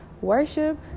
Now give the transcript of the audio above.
worship